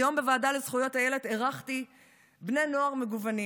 היום בוועדה לזכויות הילד אירחתי בני נוער מגוונים.